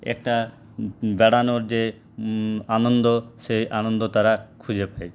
একটা বেড়ানোর যে আনন্দ সেই আনন্দ তারা খুঁজে পায়